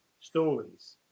stories